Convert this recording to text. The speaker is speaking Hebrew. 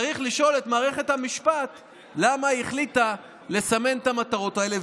צריך לשאול את מערכת המשפט למה היא החליטה לסמן את המטרות האלה.